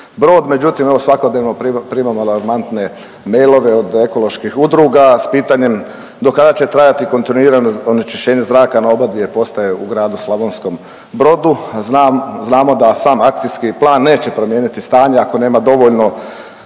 Međutim evo svakodnevno primamo alarmantne mailove od ekoloških udruga s pitanjem do kada će trajati kontinuirano onečišćenje zraka na obadvije postaje u gradu Slavonskom Brodu. Znam, znamo da sam akcijski plan neće promijeniti stanje ako nema dovoljno